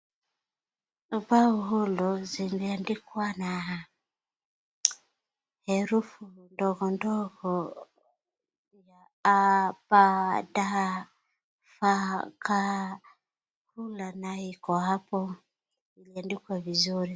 hapa uhondo ziliandikwa na herufi ndogondogo ya a,b,d,dh,f,gh, rula nayo iko hapo imeandikwa vizuri